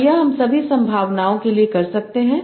और यह हम सभी संभावनाओं के लिए कर सकते हैं